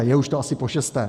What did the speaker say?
Je už to asi pošesté.